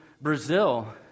Brazil